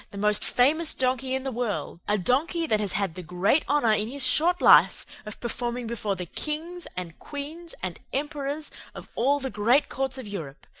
the most famous donkey in the world, a donkey that has had the great honor in his short life of performing before the kings and queens and emperors of all the great courts of europe.